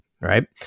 right